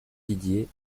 didier